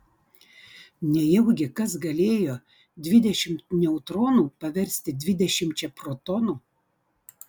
nejaugi kas galėjo dvidešimt neutronų paversti dvidešimčia protonų